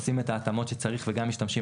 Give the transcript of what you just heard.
עושים את ההתאמות שצריך וגם משתמשים,